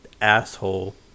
asshole